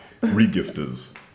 re-gifters